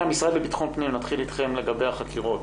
המשרד לביטחון פנים, נתחיל איתכם לגבי החקירות.